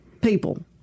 people